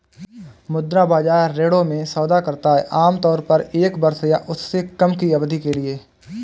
मुद्रा बाजार ऋणों में सौदा करता है आमतौर पर एक वर्ष या उससे कम की अवधि के लिए